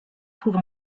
trouve